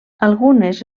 algunes